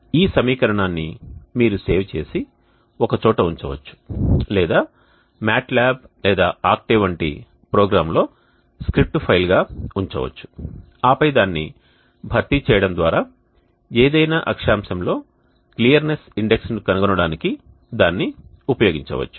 ఈ సమీకరణాన్ని మీరు సేవ్ చేసి ఒక చోట ఉంచవచ్చు లేదా MATLAB లేదా ఆక్టేవ్ వంటి ప్రోగ్రామ్లో స్క్రిప్ట్ ఫైల్గా ఉంచవచ్చు ఆపై దాన్ని భర్తీ చేయడం ద్వారా ఏదైనా అక్షాంశంలో క్లియరెన్స్ ఇండెక్స్ను కనుగొనడానికి దాన్ని ఉపయోగించవచ్చు